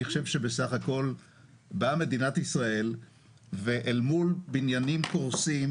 אני חושב שבסך הכל באה מדינת ישראל ואל מול בניינים קורסים,